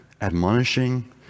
admonishing